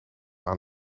aan